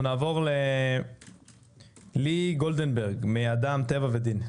לי-היא גולדנברג, אדם טבע ודין.